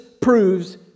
proves